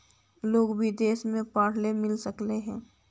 Loan विदेश में पढ़ेला मिल सक हइ?